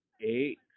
eight